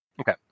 Okay